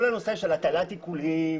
כל הנושא של הטלת עיקולים,